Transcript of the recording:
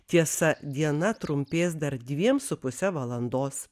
tiesa diena trumpės dar dviem su puse valandos